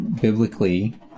Biblically